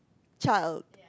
child